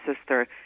sister